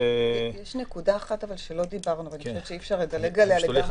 יש נקודה אחת שלא דיברנו עליה ואי אפשר לדלג עליה לגמרי,